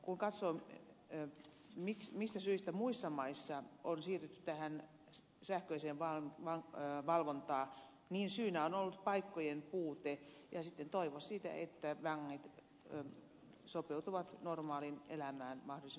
kun katsoo mistä syistä muissa maissa on siirrytty tähän sähköiseen valvontaan niin syynä on ollut paikkojen puute ja sitten toivo siitä että vangit sopeutuvat normaaliin elämään mahdollisimman nopeasti